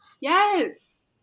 Yes